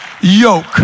yoke